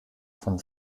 von